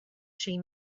she